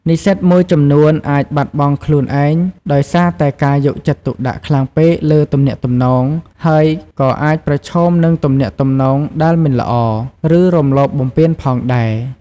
និស្សិតមួយចំនួនអាចបាត់បង់ខ្លួនឯងដោយសារតែការយកចិត្តទុកដាក់ខ្លាំងពេកលើទំនាក់ទំនង ហើយក៏អាចប្រឈមនឹងទំនាក់ទំនងដែលមិនល្អ ឬរំលោភបំពានផងដែរ។